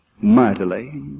mightily